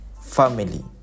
family